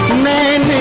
man